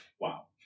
Wow